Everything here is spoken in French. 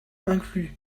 incluent